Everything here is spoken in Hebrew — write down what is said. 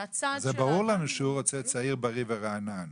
ברור לנו שהוא רוצה צעיר, בריא ורענן.